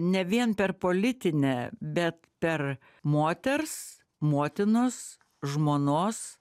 ne vien per politinę bet per moters motinos žmonos